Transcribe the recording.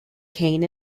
cain